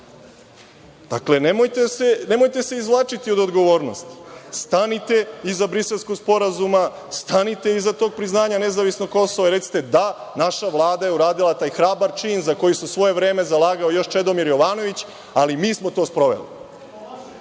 Dakle, nemojte se izvlačiti od odgovornosti. Stanite iza Briselskog sporazuma. Stanite iza tog priznanja nezavisnog Kosova. Recite, da, naša Vlada je uradila taj hrabar čin za koje se u svoje vreme zalagao još Čedomir Jovanović, ali mi smo to sproveli.